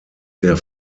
der